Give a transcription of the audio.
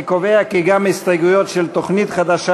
אני קובע כי גם ההסתייגויות של תוכנית חדשה